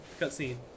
cutscene